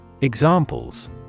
Examples